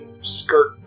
skirt